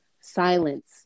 silence